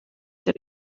that